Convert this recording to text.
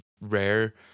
rare